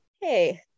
hey